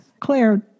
Claire